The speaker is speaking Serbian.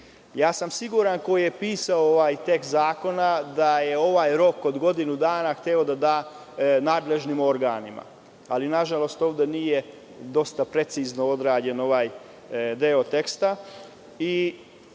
sam da ko je pisao ovaj tekst zakona da je ovaj rok od godinu dana hteo da da nadležnim organima, ali nažalost ovde nije dosta precizno odrađen ovaj deo ovog teksta